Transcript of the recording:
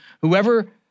whoever